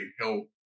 help